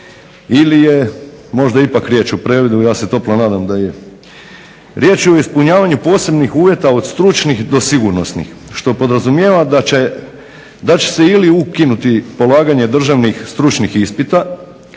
ili je možda je ipak riječ o previdu, ja se toplo nadam da je. Riječ je o ispunjavanju posebnih uvjeta od stručnih do sigurnosnih što podrazumijeva da će se ili ukinuti polaganje državnih stručnih ispita